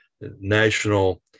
national